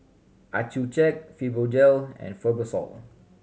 Accucheck Fibogel and Fibrosol